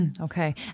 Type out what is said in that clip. Okay